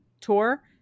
tour